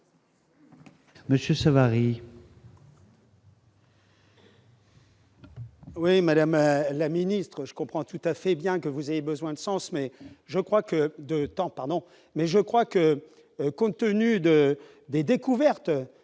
Monsieur Savary. Oui, madame la ministre, je comprends tout à fait, bien que vous avez besoin de sens mais je crois que, de temps, pardon, mais